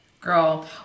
girl